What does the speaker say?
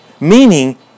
Meaning